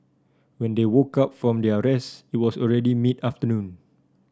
when they woke up from their rest it was already mid afternoon